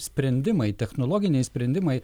sprendimai technologiniai sprendimai